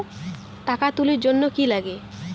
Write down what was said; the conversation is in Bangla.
টাকা তুলির জন্যে কি লাগে?